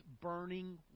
burning